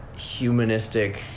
humanistic